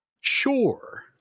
Sure